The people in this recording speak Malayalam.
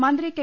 മന്ത്രി കെ